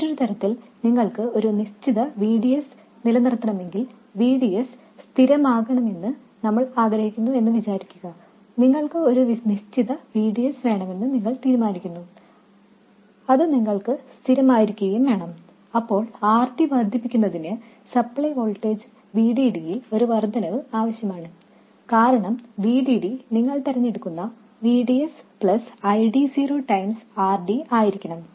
മറ്റൊരു തരത്തിൽ നിങ്ങൾക്ക് ഒരു നിശ്ചിത VDS നിലനിർത്തണമെങ്കിൽ ഉദാഹരണത്തിന് VDS സ്ഥിരമാകാണമെന്ന് നമ്മൾ ആഗ്രഹിക്കുന്നു എന്നു വിചാരിക്കുക നിങ്ങൾക്ക് ഒരു നിശ്ചിത VDS വേണമെന്ന് നിങ്ങൾ തീരുമാനിക്കുന്നു അത് നിങ്ങൾക്ക് സ്ഥിരമായിരിക്കുകയും വേണം അപ്പോൾ RD വർദ്ധിപ്പിക്കുന്നതിന് സപ്ലൈ വോൾട്ടേജ് VDD യിൽ ഒരു വർദ്ധനവ് ആവശ്യമാണ് കാരണം VDD നിങ്ങൾ തിരഞ്ഞെടുക്കുന്ന VDS അധികം ID0 ഗുണിക്കണം RD ആയിരിക്കണം